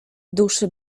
duszy